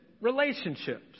relationships